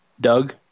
Doug